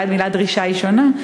אולי המילה "דרישה" היא שונה,